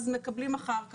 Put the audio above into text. אז הם מקבלים אחר כך.